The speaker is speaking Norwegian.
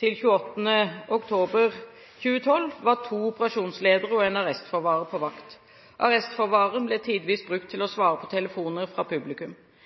til 28. oktober 2012 var to operasjonsledere og én arrestforvarer på vakt. Arrestforvareren ble tidvis brukt til å svare på telefoner fra publikum.